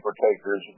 partakers